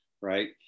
right